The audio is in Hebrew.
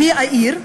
מהעיר,